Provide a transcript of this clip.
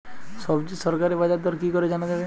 সবজির সরকারি বাজার দর কি করে জানা যাবে?